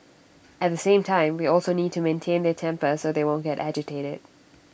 at the same time we also need to maintain their temper so they won't get agitated